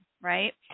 right